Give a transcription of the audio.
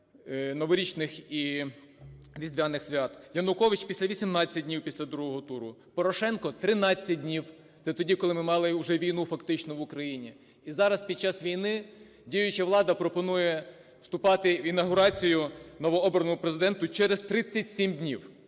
новорічних і різдвяних свят; Янукович - після 18 днів після другого туру; Порошенко – 13 днів. Це тоді, коли ми мали уже війну фактичну в Україні. І зараз, під час війни, діюча влада пропонує вступати в інавгурацію новообраному Президенту через 37 днів.